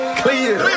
clear